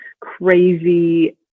crazy